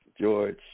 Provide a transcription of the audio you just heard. George